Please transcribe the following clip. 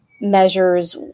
measures